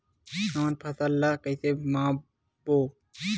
हमन फसल ला कइसे माप बो?